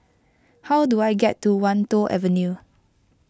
how do I get to Wan Tho Avenue